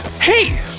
Hey